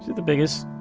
the biggest,